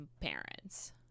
parents